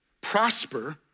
Prosper